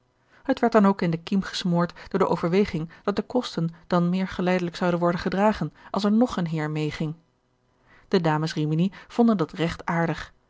het werd dan ook in de kiem gesmoord door de overweging dat de kosten dan meer geleidelijk zouden worden gedragen als er nog een heer meeging de dames rimini vonden dat recht aardig